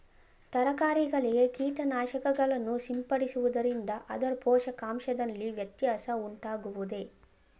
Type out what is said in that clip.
ತರಕಾರಿಗಳಿಗೆ ಕೀಟನಾಶಕಗಳನ್ನು ಸಿಂಪಡಿಸುವುದರಿಂದ ಅದರ ಪೋಷಕಾಂಶದಲ್ಲಿ ವ್ಯತ್ಯಾಸ ಉಂಟಾಗುವುದೇ?